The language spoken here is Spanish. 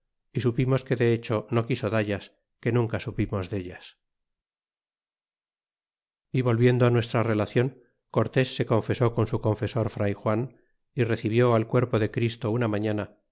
y supimos que de hecho no quiso dallas que nunca supimos dellas y volviendo nuestra relacion cortés se confesó con su confesor fray juan y recibió al cuerpo de christo una mañana